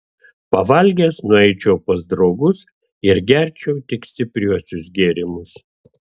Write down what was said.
pavalgęs nueičiau pas draugus ir gerčiau tik stipriuosius gėrimus